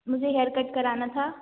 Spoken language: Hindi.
मुझे हेयरकट कराना था